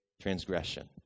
transgression